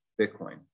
Bitcoin